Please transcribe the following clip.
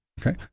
okay